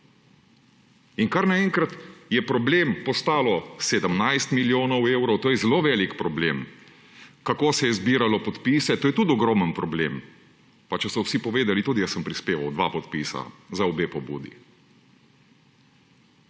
In kar naenkrat je problem postalo 17 milijonov evrov ‒ to je zelo velik problem. Kako se je zbiralo podpise – to je tudi ogromen problem. Pa če so vsi povedali: tudi jaz sem prispeval dva podpisa. Za obe pobudi.